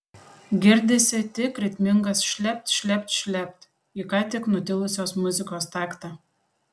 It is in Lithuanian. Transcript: girdisi tik ritmingas šlept šlept šlept į ką tik nutilusios muzikos taktą